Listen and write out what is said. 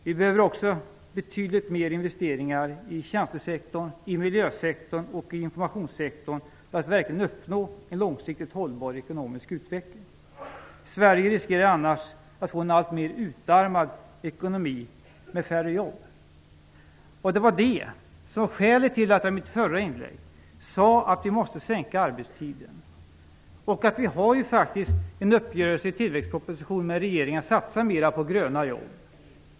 Vi behöver också betydligt mer investeringar i tjänstesektorn, i miljösektorn och i informationssektorn för att verkligen uppnå en långsiktigt hållbar ekonomisk utveckling. Sverige riskerar annars att få en alltmer utarmad ekonomi med färre jobb. Det var det som var skälet till att jag i mitt förra inlägg sade att vi måste sänka arbetstiden. Vi har faktiskt en uppgörelse i tillväxtpropositionen med regeringen om att satsa mer på gröna jobb.